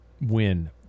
win